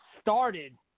started